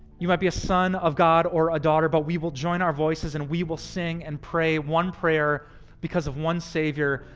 you might be a son of god or a daughter, but we will join our voices and we will sing and pray one prayer because of one savior.